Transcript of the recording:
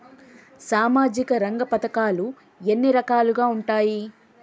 సామాజిక రంగ పథకాలు ఎన్ని రకాలుగా ఉంటాయి?